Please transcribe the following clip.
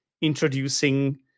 introducing